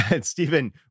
Stephen